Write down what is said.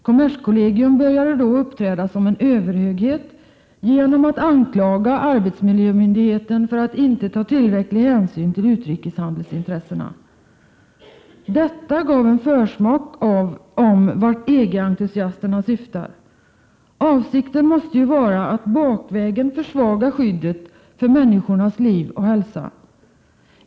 Kommerskollegium började då uppträda som en överhöghet genom att anklaga arbetsmiljömyndigheten för att inte ta tillräcklig hänsyn till utrikeshandelsintressena. Detta gav en försmak av vart EG-entusiasterna syftar. Avsikten måste vara att bakvägen försvaga skyddet för människornas liv och hälsa.